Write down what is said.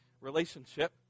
relationship